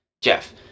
Jeff